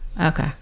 Okay